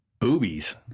boobies